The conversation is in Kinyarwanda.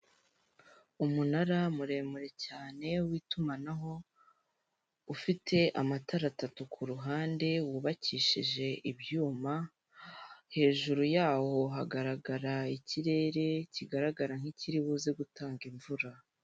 Umunara muremure cyane w'itumanaho ufite amatara atatu ku ruhande wubakishije ibyuma, hejuru yawo hagaragara ikirere kigaragara nk'ikiri buze gutanga imvura.